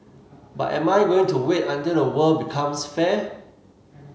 but am I going to wait until the world becomes fair